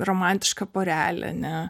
romantišką porelę ane